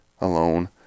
alone